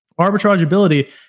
arbitrageability